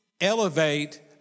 elevate